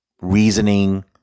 reasoning